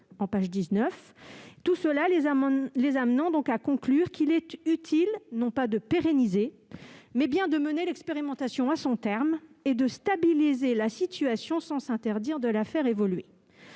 savoureux ». Tout cela les amène à conclure qu'il est utile non pas de pérenniser, mais bien de mener l'expérimentation à son terme et de stabiliser la situation sans s'interdire de la faire évoluer.